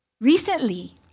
Recently